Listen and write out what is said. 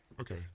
Okay